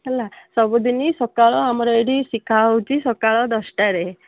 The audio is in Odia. ହେଲା ସବୁଦିନି ସକାଳ ଆମର ଏଇଠି ଶିଖାହେଉଛି ସକାଳ ଦଶଟାରେ